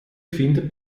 findet